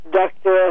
doctor